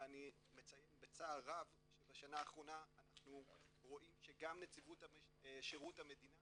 ואני מציין בצער רב שבשנה האחרונה אנחנו רואים שגם נציבות שירות המדינה